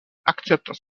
akceptas